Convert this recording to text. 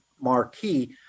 marquee